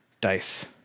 dice